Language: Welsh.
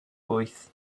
wyth